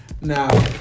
Now